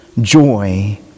joy